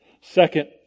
Second